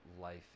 life